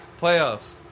Playoffs